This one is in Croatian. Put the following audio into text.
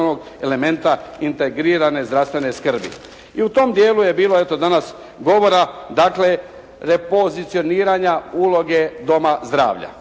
elementa integrirane zdravstvene skrbi. I u tom dijelu je bilo eto danas govora dakle repozicioniranja uloge doma zdravlja.